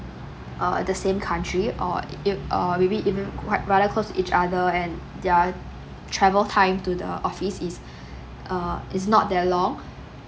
err the same country or you uh maybe even quite rather close to each other and their travel time to the office is err is not that long